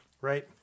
Right